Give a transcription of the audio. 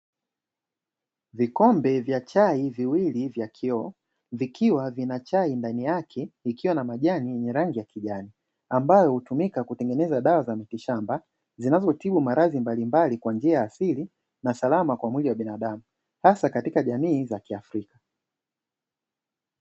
Vikombe vya chai viwili vya kioo, vikiwa vina chai ndani yake ikiwa na majani yenye rangi ya kijani. Ambayo hutumika kutengeneza dawa za miti shamba zinazotibu maradhi mbalimbali kwa njia ya asili na salama kwa mwili wa binadamu, hasa katika jamii za kiafrika.